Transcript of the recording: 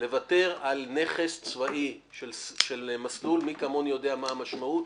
לוותר על נכס צבאי של מסלול מי כמוני יודע מה המשמעות.